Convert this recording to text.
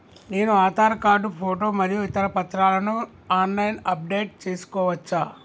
నేను Aadhaar card photo మరియు ఇతర పత్రాలను ఆన్ లైన్ అప్ డెట్ చేసుకోవచ్చా?